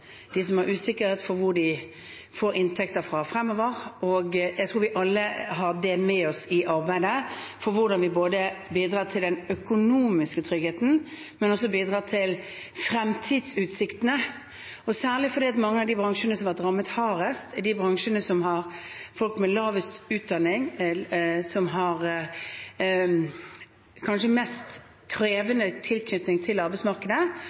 de som har usikkerhet for hvor de får inntekter fra fremover. Jeg tror vi alle har det med oss i arbeidet med hvordan vi bidrar til en økonomisk trygghet, men også bidrar til fremtidsutsiktene. Særlig fordi mange av de bransjene som har vært rammet hardest, er bransjene med folk med lavest utdanning, som har kanskje den mest krevende tilknytning til arbeidsmarkedet,